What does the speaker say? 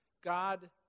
God